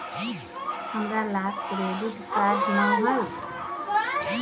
हमरा लग credit card नऽ हइ